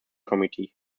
committee